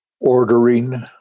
ordering